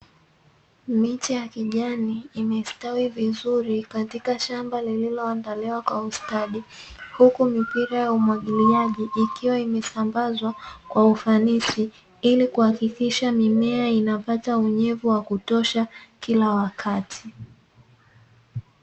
Miche ya kijani imestawi vizuri katika shamba lililoandaliwa kwa ustadi huku mipira ya umwagiliaji ikiwa imesambazwa kwa ufanisi, ili kuhakikisha mimea inapata unyevu wa kutosha kila wakati.